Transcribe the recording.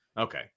Okay